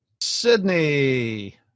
Sydney